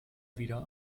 wieder